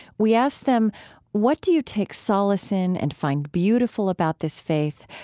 we asked them what do you take solace in and find beautiful about this faith?